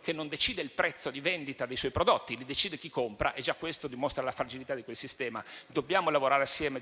che non decide il prezzo di vendita dei suoi prodotti, li decide chi compra e già questo dimostra la fragilità di quel sistema. Dobbiamo lavorare assieme